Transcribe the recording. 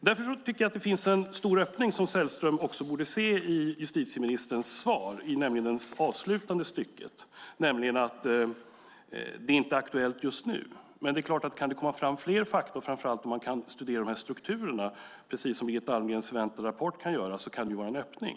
Det finns en stor öppning som Sällström borde ha hört i slutet av justitieministerns svar, nämligen att det inte är aktuellt just nu. Men om det kommer fram fler fakta och det blir möjligt att studera strukturerna, precis som Birgitta Almgrens förväntade rapport ska göra, kan det vara en öppning.